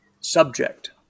subject